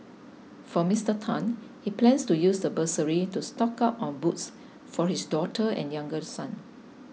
for Mister Tan he plans to use the bursary to stock up on books for his daughter and younger son